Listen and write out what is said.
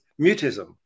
mutism